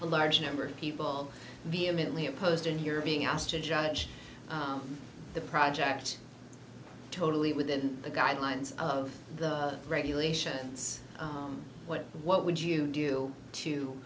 a large number of people vehemently opposed and you're being asked to judge the project totally within the guidelines of the regulations what what would you do